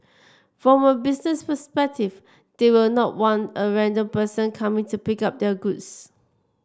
from a business perspective they will not want a random person coming to pick up their goods